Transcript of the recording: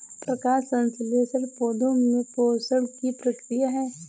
प्रकाश संश्लेषण पौधे में पोषण की प्रक्रिया है